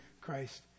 Christ